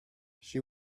she